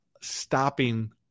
stopping